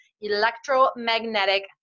electromagnetic